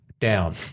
down